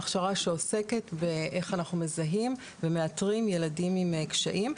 הכשרה שעוסקת באיך אנחנו מזהים ומאתרים ילדים עם קשיים.